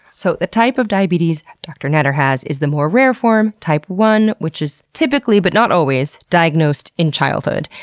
so the type of diabetes dr. natter has is the more rare form, type one, which is typically, but not always, diagnosed in childhood.